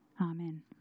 Amen